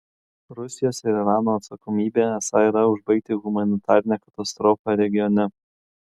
rusijos ir irano atsakomybė esą yra užbaigti humanitarinę katastrofą regione